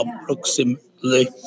approximately